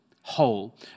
Whole